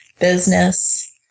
business